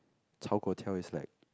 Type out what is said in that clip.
炒粿条 is like